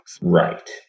Right